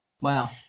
Wow